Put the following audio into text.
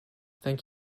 thank